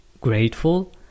grateful